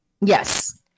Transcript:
Yes